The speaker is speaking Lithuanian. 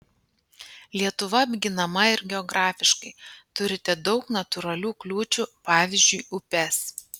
lietuva apginama ir geografiškai turite daug natūralių kliūčių pavyzdžiui upes